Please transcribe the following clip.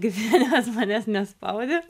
gyvenimas manęs nespaudė